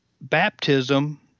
Baptism